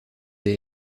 des